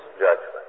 judgment